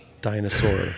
dinosaur